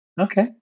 Okay